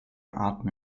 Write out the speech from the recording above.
arten